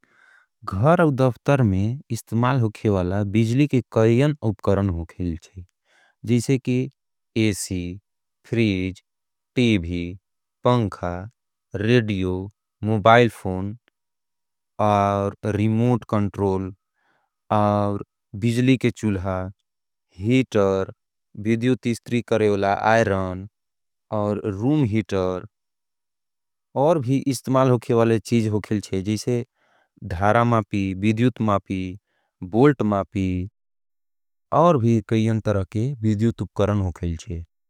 घर और दफतर में इसत्माल होके वाला बिजली के कईयन उपकरण होखेल जैसे के एसी, फ्रीज, टीवी, पंखा, रेडियो, मुबाईल फोन, और रिमोट कंट्रोल, और बिजली के चुलह, हीटर, विद्योतिस्त्री करेवला आईरन, और रूम हीटर, और भी इसत्म हरा मापी, विद्योत मापी, बोल्ट मापी, और भी कईयन तरह के विद्योत उपकरण होखेल जैसे।